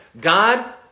God